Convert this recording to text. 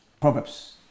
Proverbs